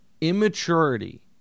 immaturity